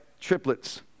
triplets